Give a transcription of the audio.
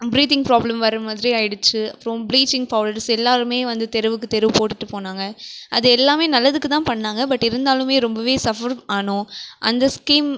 breathing problem வர மாதிரி ஆகிடுச்சி அப்புறம் ப்ளீச்சிங் பௌடர்ஸ் எல்லாேருமே வந்து தெருவுக்கு தெரு போட்டுவிட்டு போனாங்க அது எல்லாமே நல்லதுக்கு தான் பண்ணிணாங்க பட் இருந்தாலுமே ரொம்பவே சப்ஃபர் ஆனோம் அந்த ஸ்கீம்